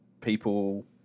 people